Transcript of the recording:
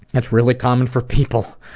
that's really common for people.